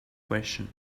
question